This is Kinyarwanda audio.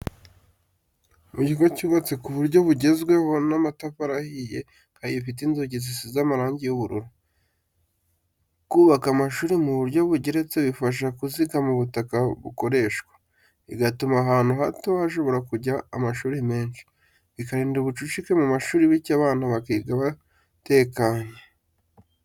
Mu kigo cyubatswe ku buryo bugezweho n'amatafari ahiye kandi gifite inzugi zisize amarangi y'ubururu. Kubaka amashuri mu buryo bugeretse bifasha kuzigama ubutaka bukoreshwa, bigatuma ahantu hato hashobora kujya amashuri menshi, bikarinda ubucucike mu mashuri bityo abana bakiga batekanye.